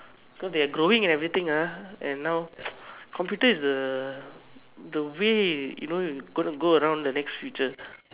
cause they are growing and everything ah and now computer is the the way you know you're going to go around the next future